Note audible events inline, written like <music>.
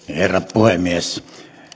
<unintelligible> herra puhemies